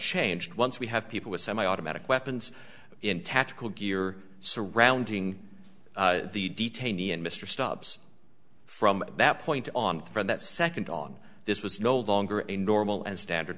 changed once we have people with semi automatic weapons in tactical gear surrounding the detainee and mr stubbs from that point on from that second on this was no longer a normal and standard